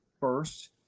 first